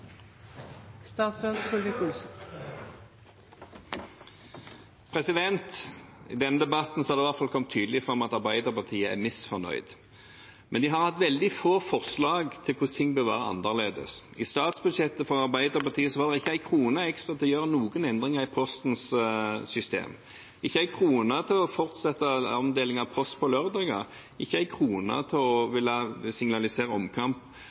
misfornøyd. Men de har hatt veldig få forslag til hvordan ting bør være annerledes. I statsbudsjettet fra Arbeiderpartiet var det ikke en krone ekstra til å gjøre noen endringer i Postens system, ikke en krone til å fortsette omdeling av post på lørdager og ikke en krone til å ville signalisere omkamp